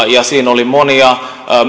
ja siinä oli monia